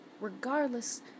Regardless